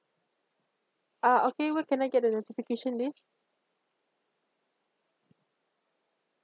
uh okay where can I get the notification list